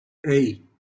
hey